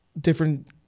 different